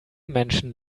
menschen